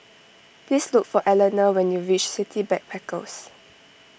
please look for Allena when you reach City Backpackers